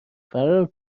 فرار